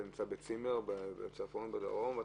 אתה נמצא בצימר בצפון או בדרום,